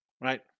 right